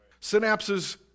Synapses